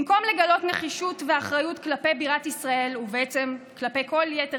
במקום לגלות נחישות ואחריות כלפי בירת ישראל ובעצם כלפי כל יתר